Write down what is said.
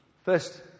First